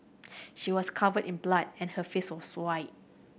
she was covered in blood and her face was white